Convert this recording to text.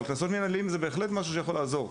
אבל קנסות מנהליים זה בהחלט משהו שיכול לעזור.